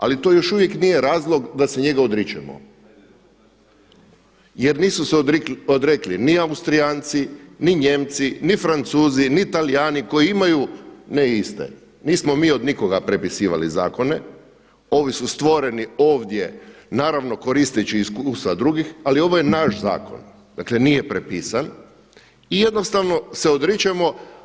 Ali to još uvijek nije razlog da se njega odričemo jer nisu se odrekli ni Austrijanci, ni Nijemci, ni Francuzi, ni Talijani koji imaju ne iste, nismo mi od nikoga prepisivali zakone, ovi su stvoreni ovdje, naravno koristeći iskustva drugih ali ovo je naš zakon, dakle nije prepisan i jednostavno se odričemo.